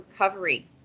recovery